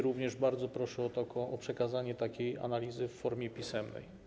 Również bardzo proszę o przekazanie takiej analizy w formie pisemnej.